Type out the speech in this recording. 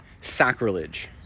sacrilege